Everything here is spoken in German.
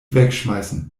wegschmeißen